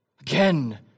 again